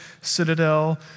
citadel